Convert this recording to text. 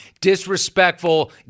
disrespectful